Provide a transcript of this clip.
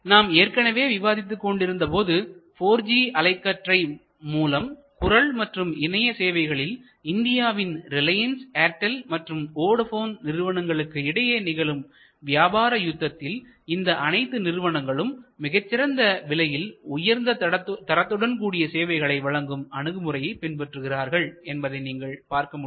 நாம் ஏற்கனவே விவாதித்துக் கொண்டிருந்தபோது 4ஜி அலைக்கற்றை மூலம் குரல் மற்றும் இணைய சேவைகளில் இந்தியாவில் ரிலையன்ஸ் ஏர்டெல் மற்றும் வோடபோன் நிறுவனங்களுக்கு இடையே நிகழும் வியாபார யுத்தத்தில் இந்த அனைத்து நிறுவனங்களும் மிகச் சிறந்த விலையில் உயர்ந்த தரத்துடன் கூடிய சேவைகளை வழங்கும் அணுகுமுறையை பின்பற்றுகிறார்கள் என்பதை நீங்கள் பார்க்க முடியும்